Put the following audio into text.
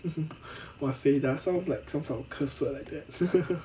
waseda sounds like some sort of curse word like that